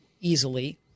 easily